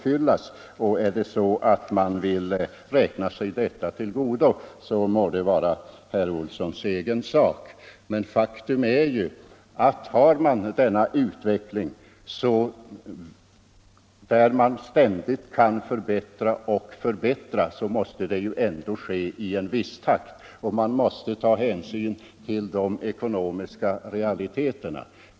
Vill herr Olsson räkna vänsterpartiet kommunisterna detta till godo må det vara herr Olssons egen sak. Men även om utvecklingen innebär att man ständigt kan genomföra förbättringar, måste det ändock ske i en viss takt. Man måste ta hänsyn till de ekonomiska realiteterna.